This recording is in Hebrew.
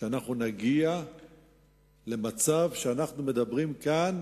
שאנחנו נגיע למצב שאנחנו מדברים כאן